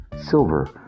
silver